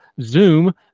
Zoom